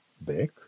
back